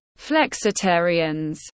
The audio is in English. flexitarians